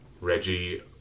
Reggie